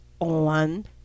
on